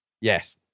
Yes